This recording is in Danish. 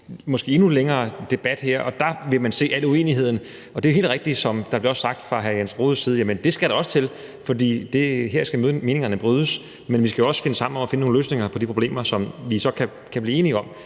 måske endnu længere debat, og der vil man se al uenigheden. Og det er helt rigtigt, som det også blev sagt fra hr. Jens Rohdes side, at jamen det skal der også til, for her skal meningerne brydes. Men vi skal jo også finde sammen om at finde nogle løsninger på de problemer, som vi så kan blive enige om.